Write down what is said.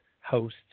host